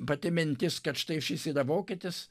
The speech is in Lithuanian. pati mintis kad štai šis yra vokietis